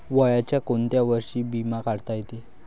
वयाच्या कोंत्या वर्षी बिमा काढता येते?